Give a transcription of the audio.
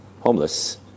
homeless